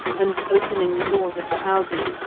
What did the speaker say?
and, opening the doors of the houses,